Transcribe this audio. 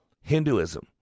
Hinduism